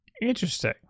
interesting